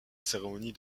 cérémonie